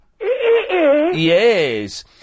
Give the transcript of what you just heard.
Yes